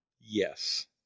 Yes